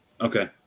Okay